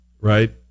right